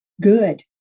Good